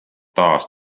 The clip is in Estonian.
taas